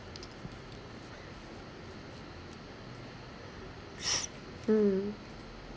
mm